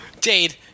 Dade